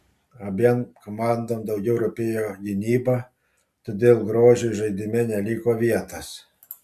abiem komandom daugiau rūpėjo gynyba todėl grožiui žaidime neliko vietos